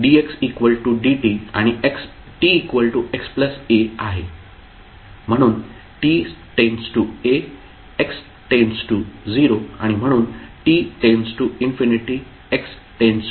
म्हणून t → a x → 0 आणि म्हणून t →∞ x →∞